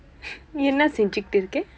என்ன சிரித்துட்டு இருக்க:enna siriththutdu irukka